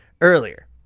earlier